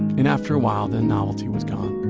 and after a while, the novelty was gone,